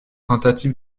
tentative